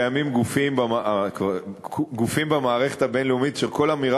קיימים גופים במערכת הבין-לאומית אשר כל אמירה